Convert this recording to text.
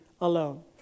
alone